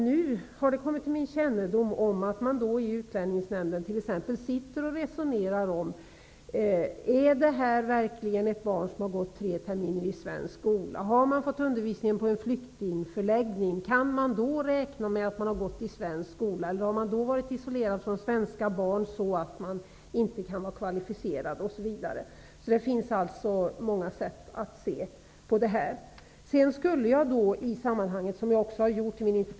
Nu har det kommit till min kännedom att man i Utlänningsnämnden sitter och resonerar om huruvida det är ett barn som verkligen har gått tre terminer i svensk skola. Kan man räkna med att man har gått i svensk skola om man har fått undervisning på en flyktingförläggning eller har man då varit isolerad från svenska barn så att man inte kan vara kvalificerad? Det finns alltså många sätt att se på detta. Sedan skulle jag vilja lyfta fram frågan om barnkonventionen.